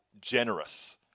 generous